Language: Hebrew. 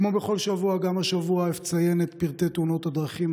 כמו בכל שבוע גם השבוע אציין את פרטי תאונות הדרכים,